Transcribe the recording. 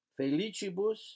felicibus